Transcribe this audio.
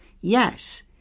Yes